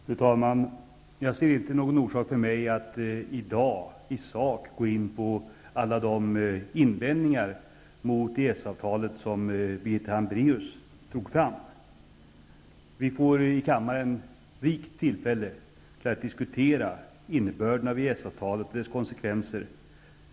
Fru talman! Jag ser inte någon orsak för mig att i dag i sak gå in på alla de invändningar mot EES avtalet som Birgitta Hambraeus drar fram. Vi i kammaren får rikt med tillfällen till att diskutera innebörden av EES-avtalet och dess konsekvenser.